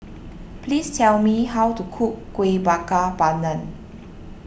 please tell me how to cook Kuih Bakar Pandan